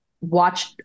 watch